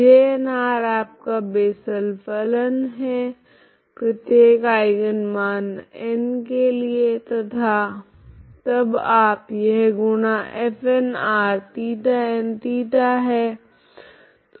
Jn आपका Bessel फलन है प्रत्येक आइगन मान n के लिए तथा तब आप यह गुणा Fn ϴnθ है